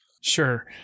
Sure